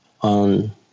on